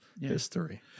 history